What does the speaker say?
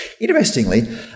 Interestingly